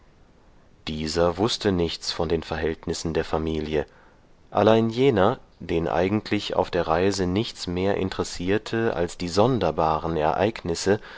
dieser wußte nichts von den verhältnissen der familie allein jener den eigentlich auf der reise nichts mehr interessierte als die sonderbaren ereignisse